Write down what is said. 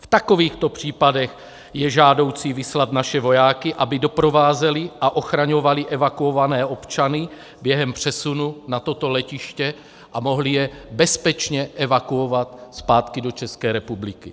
V takovýchto případech je žádoucí vyslat naše vojáky, aby doprovázeli a ochraňovali evakuované občany během přesunu na toto letiště a mohli je bezpečně evakuovat zpátky do České republiky.